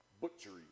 Butchery